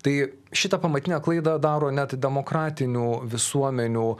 tai šitą pamatinę klaidą daro net demokratinių visuomenių